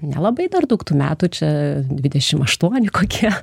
nelabai dar daug tų metų čia dvidešimt aštuoni kokie